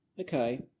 Okay